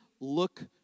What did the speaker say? look